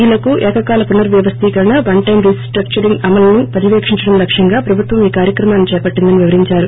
ఇ లకు ఏకకాల పునర్వచస్దీకరణ వన్ టైమ్ రీస్టక్చరింగ్ అమలును పర్యవేకించడం లక్ష్యంగా ప్రభుత్వం ఈ కార్యక్రమాన్ని చేపట్టిందని వివరిందారు